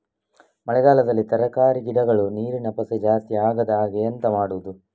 ಮಳೆಗಾಲದಲ್ಲಿ ತರಕಾರಿ ಗಿಡಗಳು ನೀರಿನ ಪಸೆ ಜಾಸ್ತಿ ಆಗದಹಾಗೆ ಎಂತ ಮಾಡುದು?